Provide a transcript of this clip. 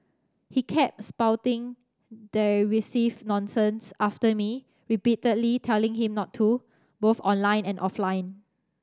he kept spouting derisive nonsense after me repeatedly telling him not to both online and offline